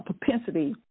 propensity